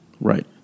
right